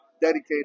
Dedicated